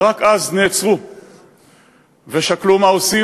ורק אז נעצרו ושקלו מה עושים,